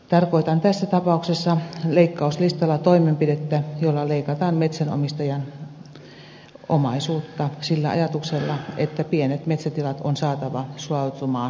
tarkoitan tässä tapauksessa leikkauslistalla toimenpidettä jolla leikataan metsänomistajan omaisuutta sillä ajatuksella että pienet metsätilat on saatava sulautumaan suuremmiksi